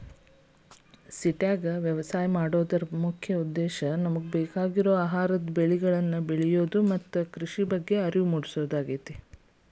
ಸಿಟ್ಯಾಗ ವ್ಯವಸಾಯ ಮಾಡೋದರ ಮುಖ್ಯ ಉದ್ದೇಶ ನಮಗ ಬೇಕಾಗಿರುವ ಆಹಾರದ ಬೆಳಿಗಳನ್ನ ಬೆಳಿಯೋದು ಮತ್ತ ಕೃಷಿ ಬಗ್ಗೆ ಅರಿವು ಮೂಡ್ಸೋದಾಗೇತಿ